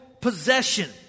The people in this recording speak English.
possession